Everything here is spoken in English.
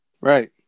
Right